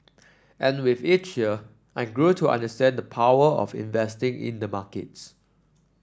and with each year I grew to understand the power of investing in the markets